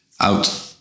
Out